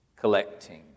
collecting